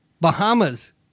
Bahamas